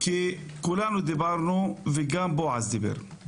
כי כולנו דיברנו, וגם בועז דיבר.